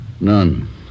None